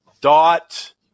dot